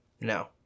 No